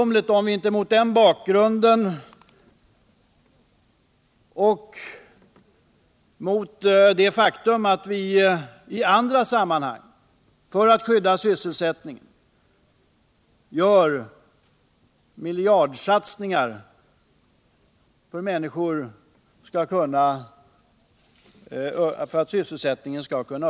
Mot den bakgrunden och med tanke på det faktum att vi i andra sammanhang gör miljardsatsningar för att skydda sysselsättningen vore det väl egendomligt om vi inte gjorde något för människorna i malmfälten.